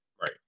Right